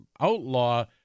outlaw